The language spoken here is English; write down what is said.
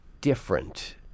different